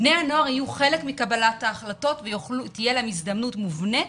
בני הנוער יהיו חלק מקבלת ההחלטות ותהיה להם הזדמנות מובנית